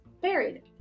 buried